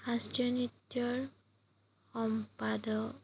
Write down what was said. শাস্ত্ৰীয় নৃত্যৰ সম্পাদ